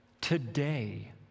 today